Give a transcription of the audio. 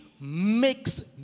makes